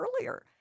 earlier